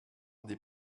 des